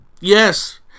Yes